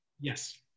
yes